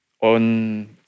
on